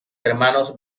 hermanos